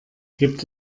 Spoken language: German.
gibt